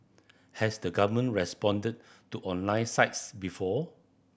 has the government responded to online sites before